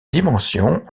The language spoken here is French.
dimensions